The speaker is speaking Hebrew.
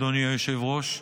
אדוני היושב-ראש,